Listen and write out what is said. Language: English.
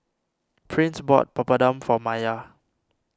Prince bought Papadum for Maiya